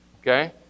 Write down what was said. Okay